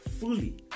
fully